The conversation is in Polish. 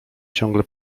ciągle